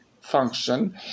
function